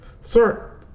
Sir